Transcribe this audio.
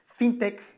FinTech